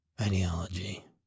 Ideology